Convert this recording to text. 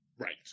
Right